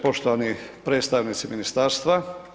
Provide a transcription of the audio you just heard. Poštovani predstavnici ministarstva.